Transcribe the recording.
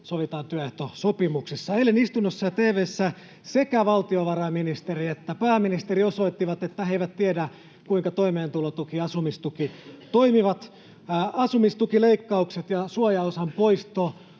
sovitaan työehtosopimuksessa. Eilen istunnossa ja tv:ssä sekä valtiovarainministeri että pääministeri osoittivat, että he eivät tiedä, kuinka toimeentulotuki ja asumistuki toimivat. Asumistukileikkaukset ja suojaosan poisto